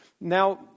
now